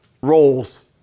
roles